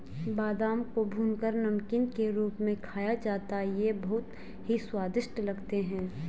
बादाम को भूनकर नमकीन के रूप में खाया जाता है ये बहुत ही स्वादिष्ट लगते हैं